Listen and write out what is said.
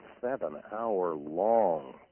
seven-hour-long